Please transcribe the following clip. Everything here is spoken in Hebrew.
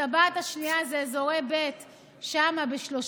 הטבעת השנייה זה אזורי ב', ושם, ב-30%,